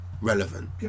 relevant